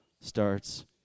starts